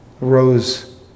rose